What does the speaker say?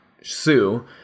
Sue